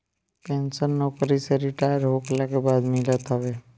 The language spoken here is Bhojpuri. पेंशन नोकरी से रिटायर होखला के बाद मिलत हवे